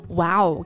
Wow